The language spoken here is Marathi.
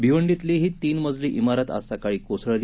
भिवंडीतली ही तीन मजली इमारत आज सकाळी कोसळली